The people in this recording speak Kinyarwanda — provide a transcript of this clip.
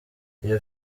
iyo